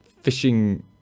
fishing